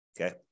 okay